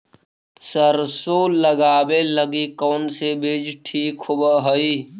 सरसों लगावे लगी कौन से बीज ठीक होव हई?